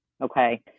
Okay